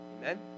Amen